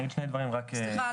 סליחה,